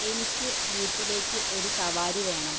എനിക്ക് വീട്ടിലേക്ക് ഒരു സവാരി വേണം